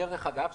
דרך אגב,